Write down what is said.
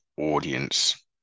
audience